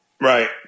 Right